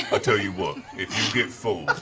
i tell you what, if you get full,